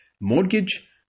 mortgage